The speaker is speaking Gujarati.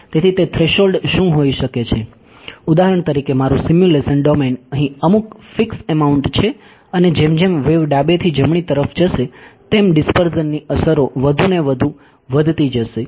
તેથી તે થ્રેશોલ્ડ શું હોઈ શકે છે ઉદાહરણ તરીકે મારું સિમ્યુલેશન ડોમેન અહીં અમુક ફિક્સ એમાઉંટ છે અને જેમ જેમ વેવ ડાબેથી જમણી તરફ જશે તેમ ડીસ્પર્ઝનની અસરો વધુ ને વધુ વધતી જશે